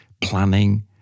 planning